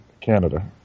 Canada